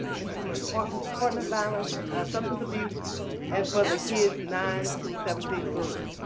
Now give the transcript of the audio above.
intimate partner partner violence, substance abuse and for the kids nine to seventeen, bullying.